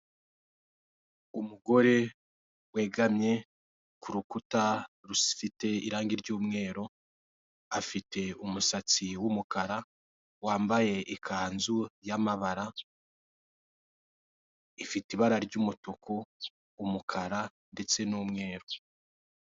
Umugore wegamye ku rukuta rufite irangi ry'umweru, afite umusatsi w'umukara wambaye ikanzu y'amabara, ifite ibara ry'umutuku umukara ndetse n'umweru.